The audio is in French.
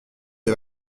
des